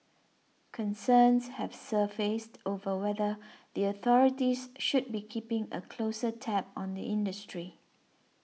concerns have surfaced over whether the authorities should be keeping a closer tab on the industry